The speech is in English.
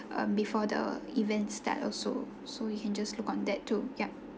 um before the events start also so you can just look on that too yup